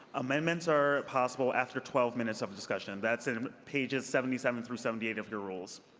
amendments are possible after twelve minutes of discussion. that's in pages seventy seven through seventy eight of your rules.